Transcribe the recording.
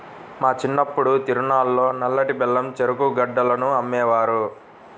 మా చిన్నప్పుడు తిరునాళ్ళల్లో నల్లటి బెల్లం చెరుకు గడలను అమ్మేవారు